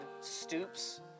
stoops